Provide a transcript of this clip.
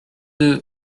deux